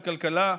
של כלכלה,